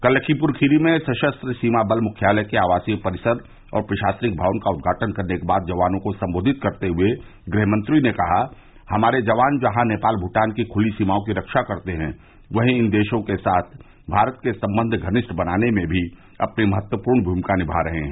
कल लखीमप्र खीरी में सशस्त्र सीमा बल मुख्यालय के आवासीय परिसर और प्रशासनिक भवन का उद्घाटन करने के बाद जवानों को संबोधित करते हुए गृहमंत्री ने कहा कि हमारे जवान जहां नेपाल भूटान की खुली सीमाओं की रक्षा करते हैं वहीं इन देशों के साथ भारत के संबंध घनिष्ठ बनाने में भी अपनी महत्वपूर्ण भूमिका निभा रहे हैं